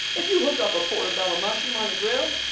if you hookup a portobello mushroom on a grill,